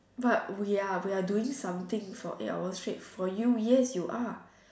but we are we are doing something for eight hour straight for you yes you are